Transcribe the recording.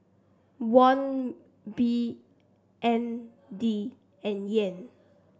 Won B N D and Yen